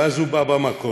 ואז הוא בא במקום,